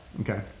Okay